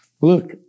look